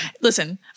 Listen